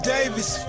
Davis